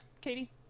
Katie